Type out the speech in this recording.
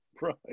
Right